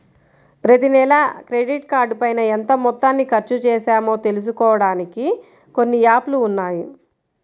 ప్రతినెలా క్రెడిట్ కార్డుపైన ఎంత మొత్తాన్ని ఖర్చుచేశామో తెలుసుకోడానికి కొన్ని యాప్ లు ఉన్నాయి